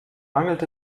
mangelt